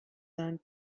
and